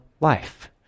life